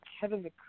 Kevin